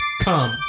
come